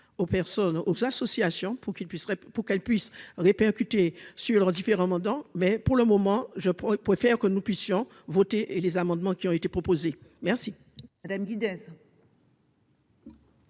puisse pour qu'elle puisse répercuter sur leurs différents mandats, mais pour le moment, je prends préfère que nous puissions voter et les amendements qui ont été proposées, merci